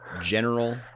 general